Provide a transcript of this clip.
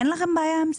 אין לכם בעיה עם זה?